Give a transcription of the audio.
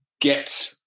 get